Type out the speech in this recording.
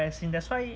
as in that's why